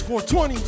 420